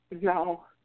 No